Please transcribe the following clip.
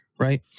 right